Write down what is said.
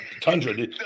Tundra